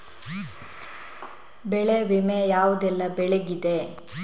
ಬೆಳೆ ವಿಮೆ ಯಾವುದೆಲ್ಲ ಬೆಳೆಗಿದೆ?